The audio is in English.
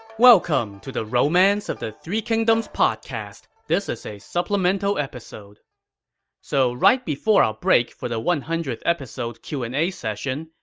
welcome to the romance of the three kingdoms podcast. this is a supplemental episode so right before our break for the one hundredth episode q and a session,